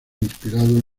inspirados